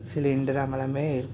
cylinder आम्हाला मिळेल